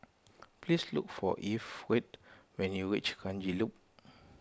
please look for Eve we when you reach Kranji Loop